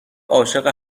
عاشق